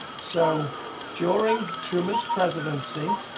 so during sherman's presidency.